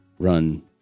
run